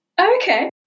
okay